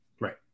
Right